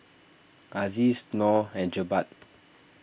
Aziz Noh and Jebat